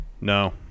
No